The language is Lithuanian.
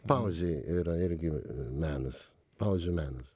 pauzėj yra irgi menas pauzių menas